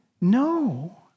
No